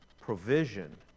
provision